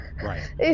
Right